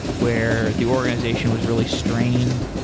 where the organization was really strained,